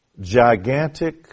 gigantic